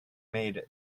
made